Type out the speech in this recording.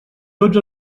tots